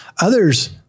Others